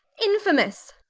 infamous.